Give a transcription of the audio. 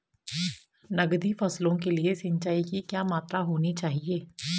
नकदी फसलों के लिए सिंचाई की क्या मात्रा होनी चाहिए?